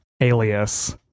alias